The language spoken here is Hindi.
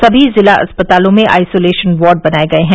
सभी जिला अस्पतालों में आइसोलेशन वार्ड बनाए गए हैं